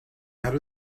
out